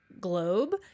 globe